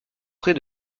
près